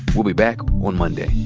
we'll be back on monday